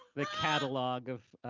the catalog of.